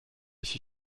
się